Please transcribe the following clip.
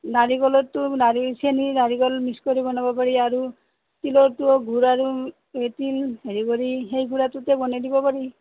নাৰিকলৰতো নাৰি চেনি নাৰিকল মিক্স কৰি বনাব পাৰি আৰু তিলৰটো গুড় আৰু তিল হেৰি কৰি সেই গুড়াটোতে বনাই দিব পাৰি